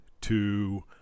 two